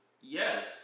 Yes